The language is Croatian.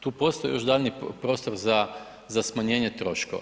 Tu postoji još daljnji prostor za smanjenje troškova.